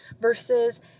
versus